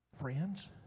friends